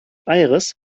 aires